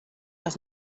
dass